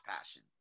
passion